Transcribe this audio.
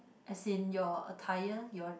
as in your attire your